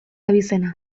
abizena